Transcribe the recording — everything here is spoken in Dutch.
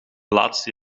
laatste